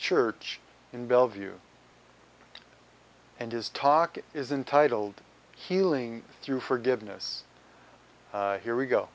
church in bellevue and his talk is in titled healing through forgiveness here we go